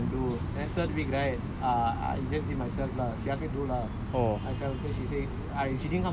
like the first two weeks she came to my house and do and third week right uh I just did myself lah she ask me do lah